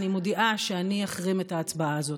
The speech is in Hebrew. אני מודיעה שאני אחרים את ההצבעה הזאת.